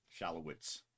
Shalowitz